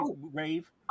rave